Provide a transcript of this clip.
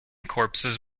corpses